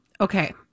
Okay